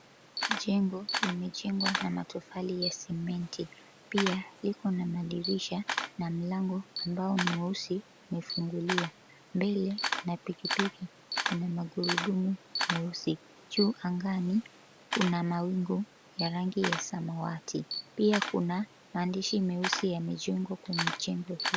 Jengo limejengwa na matofali ya sementi, pia liko na madirisha na mlango ambao ni mweusi umefunguliwa mbele, na pikipiki ina magurudumu meusi. Juu angani kuna mawingu ya rangi ya samawati. Pia kuna maandishi meusi yamejengwa kwenye jengo hilo.